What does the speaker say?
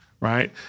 right